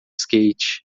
skate